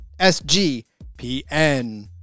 SGPN